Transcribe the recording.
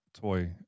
toy